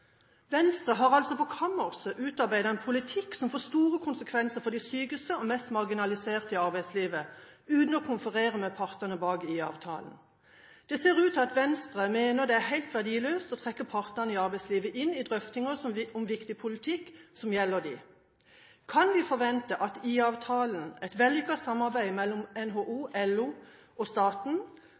Venstre har altså på kammerset utarbeidet en politikk som får store konsekvenser for de sykeste og mest marginaliserte i arbeidslivet, uten å konferere med partene i avtalen. Det ser ut til at Venstre mener det er helt verdiløst å trekke partene i arbeidslivet inn i drøftinger om viktig politikk som gjelder dem. Kan vi forvente at IA-avtalen, et vellykket samarbeid mellom NHO, LO og staten,